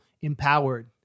empowered